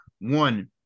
one